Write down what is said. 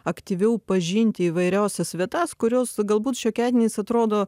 aktyviau pažinti įvairiausias vietas kurios galbūt šiokiadieniais atrodo